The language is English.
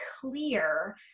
clear